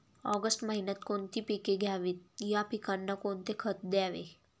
August महिन्यात कोणती पिके घ्यावीत? या पिकांना कोणते खत द्यावे?